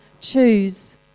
choose